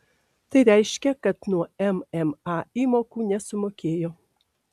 tai reiškia kad nuo mma įmokų nesumokėjo